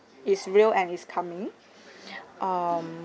is real and is coming um